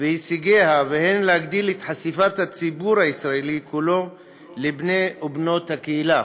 והישגיה והן להגדיל את חשיפת הציבור הישראלי כולו לבני ובנות הקהילה,